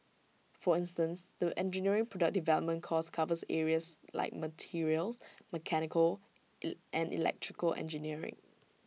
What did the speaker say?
for instance the engineering product development course covers areas like materials mechanical and electrical engineering